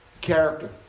Character